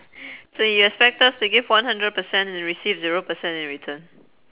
so you expect us to give one hundred percent and receive zero percent in return